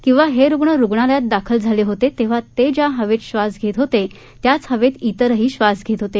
किंवा हे रुग्ण रुग्णालयात दाखल झालेले होते तेव्हा ते ज्या हवेत श्वास घेत होते त्याच हवेत तिरही श्वास घेत होते